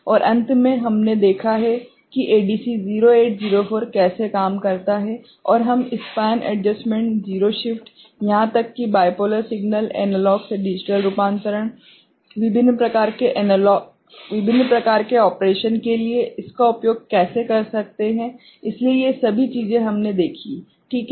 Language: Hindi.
और अंत में हमने देखा है कि एडीसी 0804 कैसे काम करता है और हम स्पैन एडजस्टमेंट जीरो शिफ्ट यहां तक कि बाइपोलर सिग्नल एनालॉग से डिजिटल रूपांतरण विभिन्न प्रकार के ऑपरेशन के लिए इसका उपयोग कैसे कर सकते हैं इसलिए ये सभी चीजें हमने देखी है ठीक है